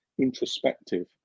introspective